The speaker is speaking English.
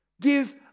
Give